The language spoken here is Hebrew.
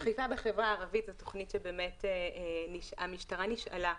אכיפה בחברה הערבית זו תוכנית שהמשטרה נשאלה,